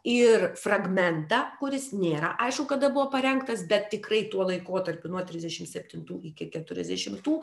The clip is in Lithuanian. ir fragmentą kuris nėra aišku kada buvo parengtas bet tikrai tuo laikotarpiu nuo trisdešim septintų iki keturiasdešimtų